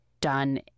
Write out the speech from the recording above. done